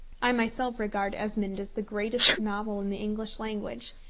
i myself regard esmond as the greatest novel in the english language,